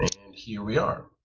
and here we are.